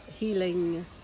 healing